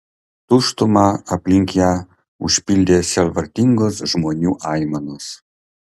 tuštumą aplink ją užpildė sielvartingos žmonių aimanos